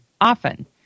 often